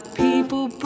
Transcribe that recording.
people